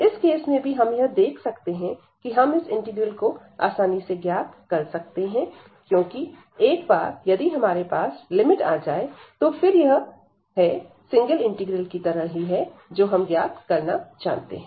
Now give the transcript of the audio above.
इस केस में भी हम यह देख सकते हैं कि हम इस इंटीग्रल को आसानी से ज्ञात कर सकते हैं क्योंकि एक बार यदि हमारे पास लिमिट आ जाएं तो फिर यह है सिंगल इंटीग्रल की तरह ही है जो हम ज्ञात करना जानते हैं